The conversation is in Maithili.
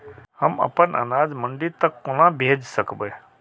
हम अपन अनाज मंडी तक कोना भेज सकबै?